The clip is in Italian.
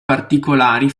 particolari